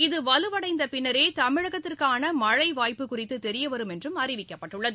இது வலுவடைந்த பின்ளரே தமிழகத்திற்கான மழை வாய்ப்பு குறித்து தெரியவரும் என்றும் அறிவிக்கப்பட்டுள்ளது